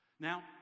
Now